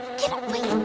get away.